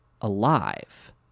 alive